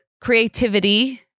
creativity